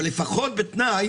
אבל לפחות בתנאי